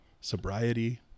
sobriety